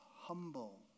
humble